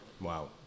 Wow